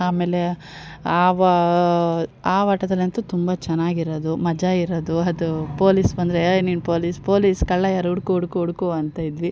ಆಮೇಲೆ ಆವಾ ಆ ಆಟದಲಂತು ತುಂಬ ಚೆನ್ನಾಗಿರೋದು ಮಜಾ ಇರೋದು ಅದು ಪೊಲೀಸ್ ಬಂದರೆ ಎ ನೀನು ಪೊಲೀಸ್ ಪೊಲೀಸ್ ಕಳ್ಳ ಯಾರು ಹುಡ್ಕು ಹುಡ್ಕು ಹುಡ್ಕು ಅಂತಿದ್ವಿ